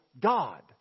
God